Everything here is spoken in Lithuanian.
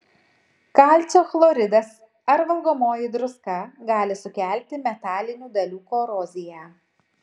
kalcio chloridas ar valgomoji druska gali sukelti metalinių dalių koroziją